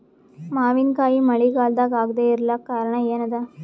ಮಾವಿನಕಾಯಿ ಮಳಿಗಾಲದಾಗ ಆಗದೆ ಇರಲಾಕ ಕಾರಣ ಏನದ?